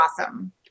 awesome